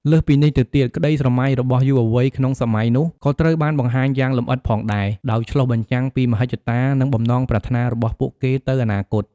លើសពីនេះទៅទៀត ក្ដីស្រមៃ របស់យុវវ័យក្នុងសម័យនោះ ក៏ត្រូវបានបង្ហាញយ៉ាងលម្អិតផងដែរ ដោយឆ្លុះបញ្ចាំងពីមហិច្ឆតា និងបំណងប្រាថ្នារបស់ពួកគេទៅអនាគត។